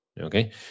Okay